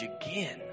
again